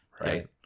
right